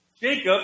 Jacob